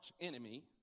enemy